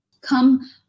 Come